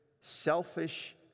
selfish